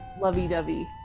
lovey-dovey